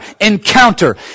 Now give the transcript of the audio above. Encounter